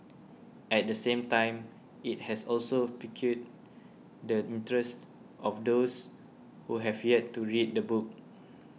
at the same time it has also piqued the interest of those who have yet to read the book